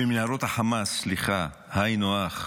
במנהרות החמאס, סליחה, היינו הך,